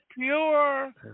pure